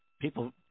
People